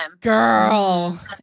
Girl